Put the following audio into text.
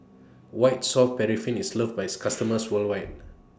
White Soft Paraffin IS loved By its customers worldwide